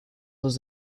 was